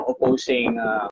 opposing